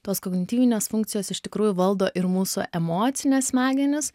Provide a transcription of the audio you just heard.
tos kognityvinės funkcijos iš tikrųjų valdo ir mūsų emocines smegenis